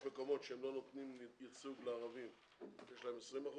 יש מקומות שלא נותנים ייצוג לערבים שיש להם 20%,